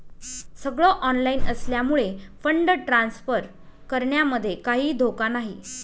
सगळ ऑनलाइन असल्यामुळे fund transfer करण्यामध्ये काहीही धोका नाही